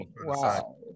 Wow